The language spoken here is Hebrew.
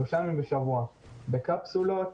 שלושה ימים בשבוע בקפסולות.